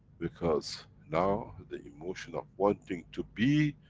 because now, the emotion of wanting to be,